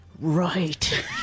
right